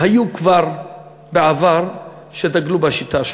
היו כבר, בעבר, שדגלו בשיטה שלך.